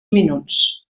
minuts